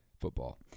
football